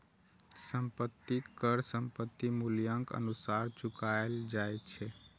संपत्ति कर संपत्तिक मूल्यक अनुसार चुकाएल जाए छै